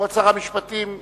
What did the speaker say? כבוד שר המשפטים ישיב.